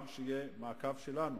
גם שיהיה מעקב שלנו